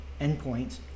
endpoint